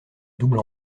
double